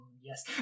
yes